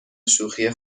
شوخی